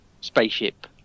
spaceship